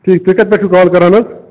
ٹھیٖک تۄہہِ کتہِ پٮ۪ٹھ چھو کال کَران حظ